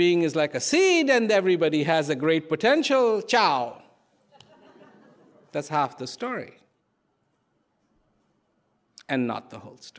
being is like a seed and everybody has a great potential chowed that's half the story and not the who